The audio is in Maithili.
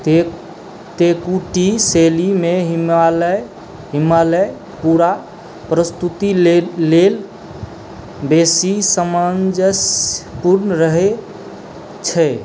ते तेकुटि शैलीमे हिमालय हिमालय पूरा प्रस्तुति लेल लेल बेसी सामन्जस्यपूर्ण रहै छै